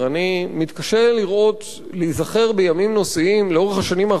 אני מתקשה להיזכר בימים נושאיים לאורך השנים האחרונות,